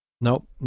Nope